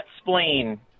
spleen